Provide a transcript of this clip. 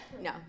no